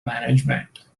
management